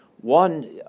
One